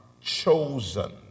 Chosen